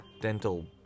dental